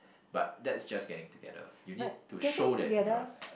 but that's just getting together you need to show that you're